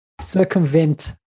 circumvent